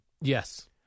Yes